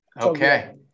Okay